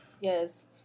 Yes